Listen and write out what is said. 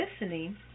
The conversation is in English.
listening